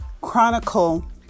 chronicle